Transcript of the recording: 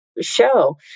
Show